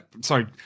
Sorry